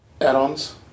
add-ons